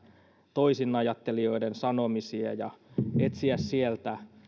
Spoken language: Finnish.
toisinajattelijoiden sanomisia ja etsiä sieltä